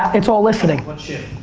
it's all listening. what's shift?